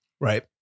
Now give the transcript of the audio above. right